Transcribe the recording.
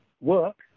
work